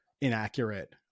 inaccurate